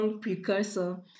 precursor